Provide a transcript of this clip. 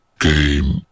Game